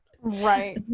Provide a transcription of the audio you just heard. Right